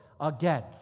again